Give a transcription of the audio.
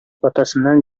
атасыннан